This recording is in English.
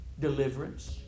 deliverance